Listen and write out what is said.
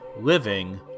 living